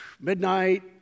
midnight